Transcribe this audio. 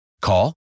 Call